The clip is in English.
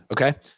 okay